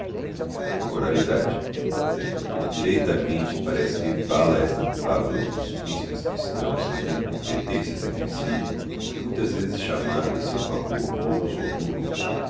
c direitamente parece que fala esta fabula com os principes christãos que tendo coolpeteiícias entre si muitas vezes chamáraô í em seu favor mouros ou turcos